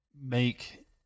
make